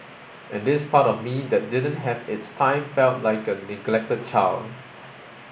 and this part of me that didn't have its time felt like a neglected child